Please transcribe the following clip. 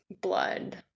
blood